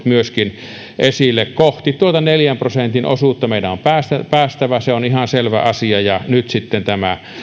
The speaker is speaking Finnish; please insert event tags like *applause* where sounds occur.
*unintelligible* myöskin tk panokset esille kohti tuota neljän prosentin osuutta meidän on päästävä se on ihan selvä asia ja nyt tämä